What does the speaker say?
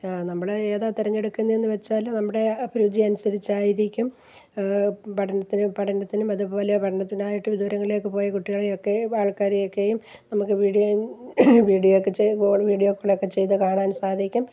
നമ്മള് ഏതാണ് തെരഞ്ഞെടുക്കുന്നേന്നു വച്ചാല് നമ്മുടെ രുചി അനുസരിച്ചായിരിക്കും പഠനത്തിനും പഠനത്തിനും അതുപോലെ പഠനത്തിനായിട്ട് ദൂരങ്ങളിലേക്ക് പോയ കുട്ടികളെയൊക്കെ ആൾക്കാരെയൊക്കെയും നമുക്ക് വിഡിയോ വീഡിയോക്കെ ചെയ്ത് ഫോൺ വീഡിയോ കോളൊക്കെ ചെയ്ത് കാണാൻ സാധിക്കും